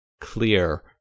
clear